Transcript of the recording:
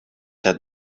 het